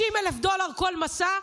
60,000 דולר כל מסע,